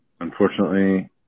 unfortunately